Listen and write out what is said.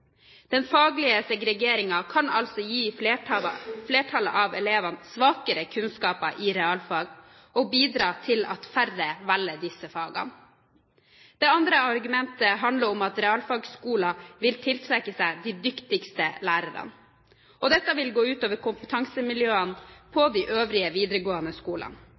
Den faglige segregeringen kan altså gi flertallet av elevene svakere kunnskaper i realfag og bidra til at færre velger disse fagene. Det andre argumentet handler om at realfagskoler vil tiltrekke seg de dyktigste lærerne, og dette vil gå ut over kompetansemiljøene på de øvrige videregående skolene.